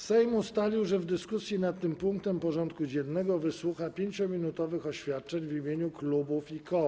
Sejm ustalił, że w dyskusji nad tym punktem porządku dziennego wysłucha 5-minutowych oświadczeń w imieniu klubu i koła.